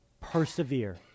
persevere